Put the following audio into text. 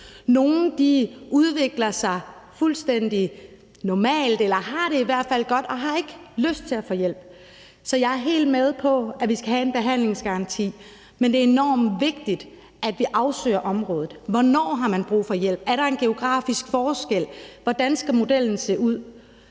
Nogle udvikler sig fuldstændig normalt eller har det i hvert fald godt og har ikke lyst til at få hjælp. Jeg er helt med på, at vi skal have en behandlingsgaranti, men det er enormt vigtigt, at vi afsøger området. Hvornår har man brug for hjælp? Er der en geografisk forskel? Hvordan skal modellen se ud?